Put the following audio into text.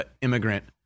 immigrant